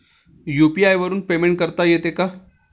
UPI वरून payment करता येते का?